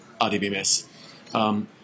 RDBMS